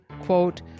quote